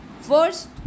first